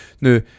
Now